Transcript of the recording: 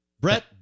Brett